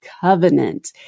covenant